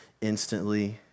instantly